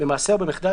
במעשה או במחדל,